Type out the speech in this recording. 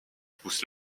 pousse